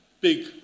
big